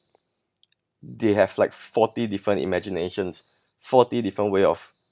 they have like forty different imaginations forty different way of